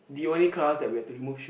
the only class that we had to remove shoe